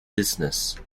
business